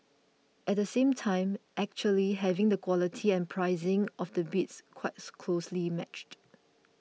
at the same time actually having the quality and pricing of the bids quite closely matched